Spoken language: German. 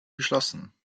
geschlossen